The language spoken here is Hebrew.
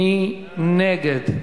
מי נגד?